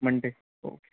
Monday okay